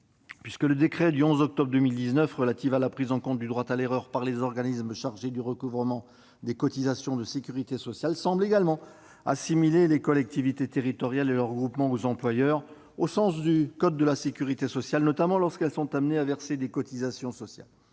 puisque le décret du 11 octobre 2019 relatif à la prise en compte du droit à l'erreur par les organismes chargés du recouvrement des cotisations de sécurité sociale semble également assimiler les collectivités territoriales et leurs groupements aux employeurs, au sens du code de la sécurité sociale, notamment lorsqu'elles sont amenées à verser des cotisations sociales.